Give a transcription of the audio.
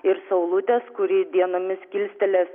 ir saulutės kuri dienomis kilstelės